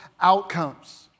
outcomes